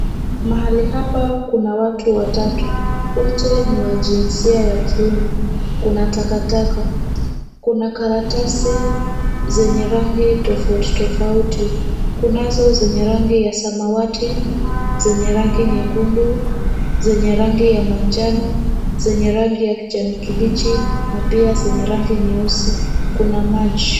Mahali hapa kuna watu watatu. Wote ni wa jinsia ya kiume. Kuna takataka, kuna karatasi zenye rangi tofauti tofauti, kunazo zenye rangi ya samawati, zenye rangi nyekundu, zenye rangi ya manjano, zenye rangi ya kijani kibichi na pia zenye rangi nyeusi. Kuna maji.